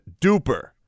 duper